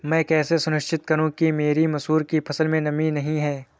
मैं कैसे सुनिश्चित करूँ कि मेरी मसूर की फसल में नमी नहीं है?